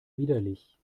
widerlich